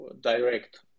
Direct